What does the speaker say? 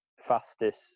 fastest